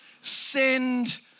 send